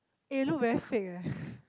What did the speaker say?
eh you look very fake eh